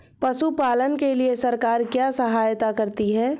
पशु पालन के लिए सरकार क्या सहायता करती है?